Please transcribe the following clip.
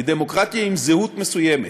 היא דמוקרטיה עם זהות מסוימת: